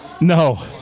no